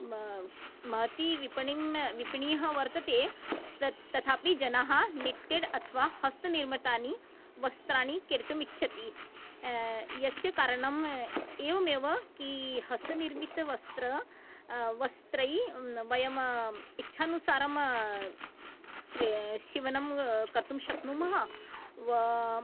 म महती विपणीं विपणयः वर्तते तत् तथापि जनाः निट्टेड् अथवा हस्तनिर्मितानि वस्त्राणि केर्तुम् इच्छति यस्य कारणम् एवमेव कि हस्तनिर्मितवस्त्रं वस्त्रैः वयम् इच्छानुसारं क्रे सीवनं कर्तुं शक्नुमः वा